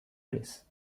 race